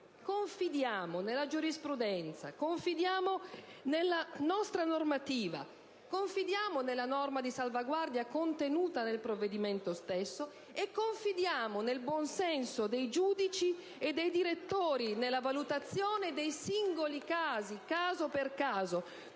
confidiamo nella giurisprudenza, nella nostra normativa, nella norma di salvaguardia contenuta nel provvedimento stesso ed anche nel buon senso dei giudici e dei direttori nella valutazione dei singoli casi. *(Applausi